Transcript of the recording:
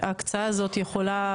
שההקצאה הזאת יכולה,